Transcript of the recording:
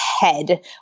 head